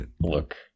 look